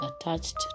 attached